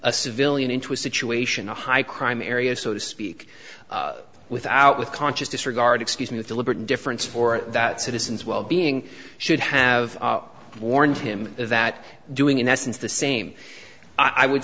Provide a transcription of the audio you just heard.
a civilian into a situation a high crime area so to speak without with conscious disregard excuse me deliberate indifference for that citizens well being should have warned him that doing in essence the same i would